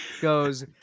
goes